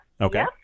Okay